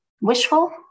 wishful